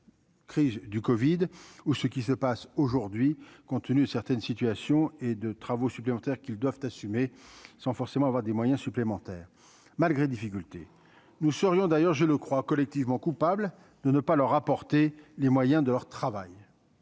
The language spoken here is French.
Crise du Covid ou ce qui se passe aujourd'hui, compte tenu, certaines situations et de travaux supplémentaires qu'ils doivent assumer sans forcément avoir des moyens supplémentaires malgré difficultés nous serions d'ailleurs, je le crois, collectivement, coupable de ne pas leur apporter les moyens de leur travail,